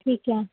ਠੀਕ ਹੈ